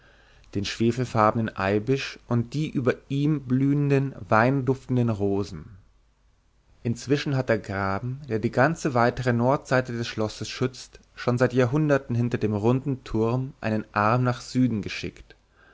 den schwefelfarbenen eibisch und die über ihm blühenden weinduftenden rosen inzwischen hat der graben der die ganze weitere nordseite des schlosses schützt schon seit jahrhunderten hinter dem runden turm einen arm nach süden geschickt